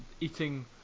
eating